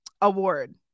award